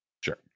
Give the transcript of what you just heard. Sure